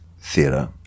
theatre